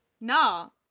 No